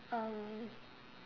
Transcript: um